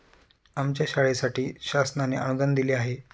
आमच्या शाळेसाठी शासनाने अनुदान दिले आहे